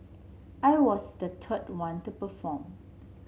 I was the third one to perform